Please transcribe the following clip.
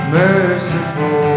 merciful